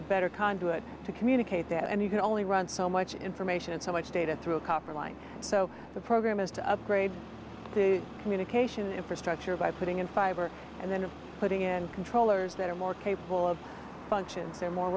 a better conduit to communicate that and you can only run so much information and so much data through a copper line so the program is to upgrade the communication infrastructure by putting in fiber and then putting in controllers that are more capable of functions are more